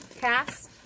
Cast